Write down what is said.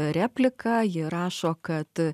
repliką ji rašo kad